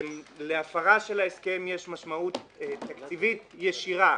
להפרה של ההסכם יש משמעות תקציבית ישירה